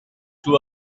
two